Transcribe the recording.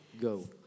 Go